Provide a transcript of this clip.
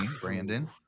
Brandon